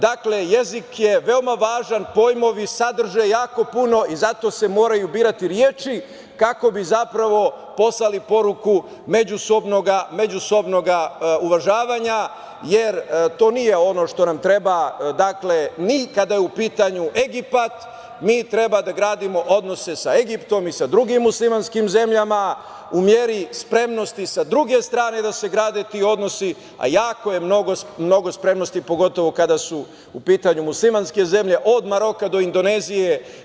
Dakle, jezik je veoma važan, pojmovi sadrže jako puno i zato se moraju birati reči kako bi zapravo poslali poruku međusobnog uvažavanja, jer to nije ono što nam treba ni kada je u pitanju Egipat, mi treba da gradimo odnose sa Egiptom i sa drugim muslimanskim zemljama u meri spremnosti sa druge strane da se grade ti odnosi, a jako je mnogo spremnosti pogotovo kada su u pitanju muslimanske zemlje od Maroka do Indonezije.